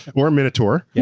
or a minotaur. yeah